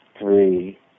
three